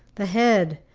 the head,